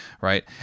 right